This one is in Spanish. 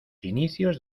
inicios